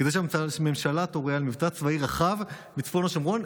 כדי שהממשלה תורה על מבצע צבאי רחב בצפון השומרון,